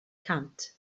kant